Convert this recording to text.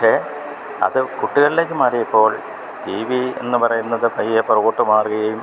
പക്ഷെ അത് കുട്ടികളിലേക്ക് മാറിയപ്പോൾ ടി വി എന്ന് പറയുന്നത് പയ്യേ പുറകോട്ട് മാറുകയും